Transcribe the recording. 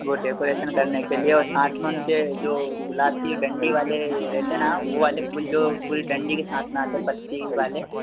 वह डेकोरेशन करने के लिए और साथ में उनके जो गुलाब की जो डंडी वाले रेते ना वह वाले फूल जो पूरी डंडी के साथ में आते पत्ती वाले